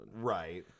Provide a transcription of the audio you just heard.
right